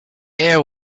air